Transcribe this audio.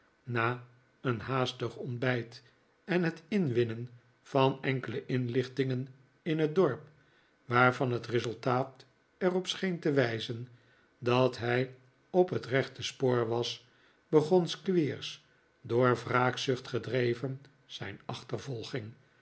na een haastig ontbijt en het inwinnen van enkele inliehtingen in het dorp waarvan het resultaat er op scheen te wijzen dat hij op het rechte spoor was begon squeers door wraakzucht gedreven zijn achtervolging